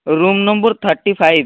room number thirty five